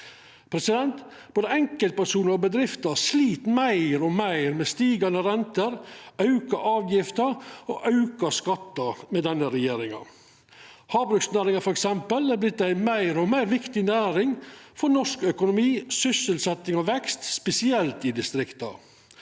Både enkeltpersonar og bedrifter slit meir og meir med stigande renter, auka avgifter og auka skattar med denne regjeringa. Havbruksnæringa f.eks. har vorte ei meir og meir viktig næring for norsk økonomi, sysselsetjing og vekst, spesielt i distrikta.